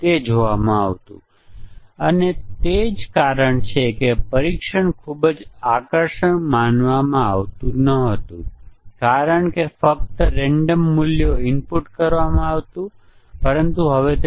મને તે સ્ટેટમેન્ટ પુનરાવર્તન કરવા દો કે ઈન્ટીગ્રેશન ટેસ્ટીંગ દરમિયાન આપણે તપાસીએ છીએ કે વિવિધ મોડ્યુલો જ્યાં યુનિટ યોગ્ય રીતે ઇન્ટરફેસનું ટેસ્ટીંગ કરે છે